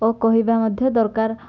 ଓ କହିବା ମଧ୍ୟ ଦରକାର